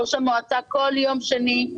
ראש המועצה כל יום שני,